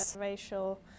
racial